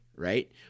right